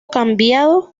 cambiado